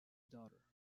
daughter